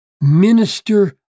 minister